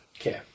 Okay